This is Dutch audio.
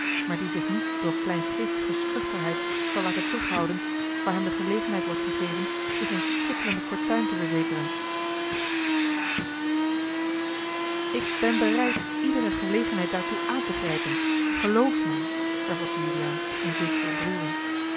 maar die zich niet door kleingeestige schuchterheid zal laten terughouden waar hem de gelegenheid wordt gegeven zich eene schitterende fortuin te verzekeren ik ben bereid iedere gelegenheid daartoe aan te grijpen geloof mij hervatte juliaan in zekere ontroering